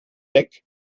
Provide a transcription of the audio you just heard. deck